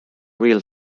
real